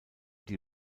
die